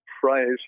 phrase